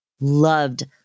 loved